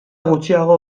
gutxiago